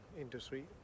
industry